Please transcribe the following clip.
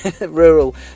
rural